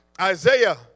Isaiah